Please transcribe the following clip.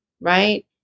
right